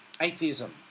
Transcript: atheism